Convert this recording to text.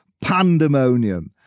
pandemonium